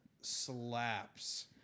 slaps